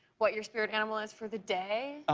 what your spirit animal is for the day.